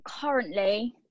currently